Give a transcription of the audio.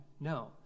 No